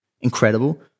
incredible